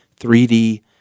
3D